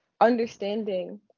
understanding